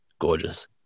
gorgeous